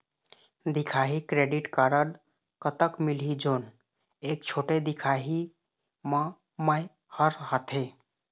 दिखाही credit card कतक मिलही जोन एक छोटे दिखाही म मैं हर आथे?